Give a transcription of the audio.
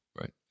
right